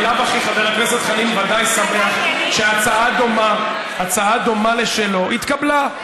בלאו הכי חבר הכנסת חנין ודאי שמח שהצעה דומה לשלו התקבלה,